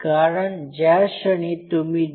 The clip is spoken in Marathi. कारण ज्या क्षणी तुम्ही डी